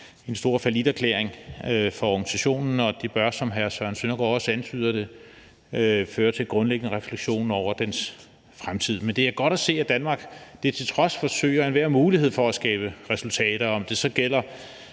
en stor falliterklæring for organisationen, og det bør, som hr. Søren Søndergaard også antyder, føre til grundlæggende refleksion over dens fremtid. Men det er godt at se, at Danmark det til trods forsøger at bruge enhver mulighed for at skabe resultater, om det så gælder